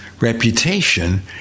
reputation